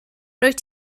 rwyt